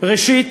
ראשית,